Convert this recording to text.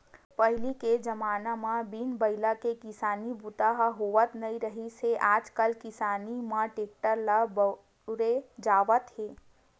पहिली के जमाना म बिन बइला के किसानी बूता ह होवत नइ रिहिस हे आजकाल किसानी म टेक्टर ल बउरे जावत हे